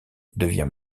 devient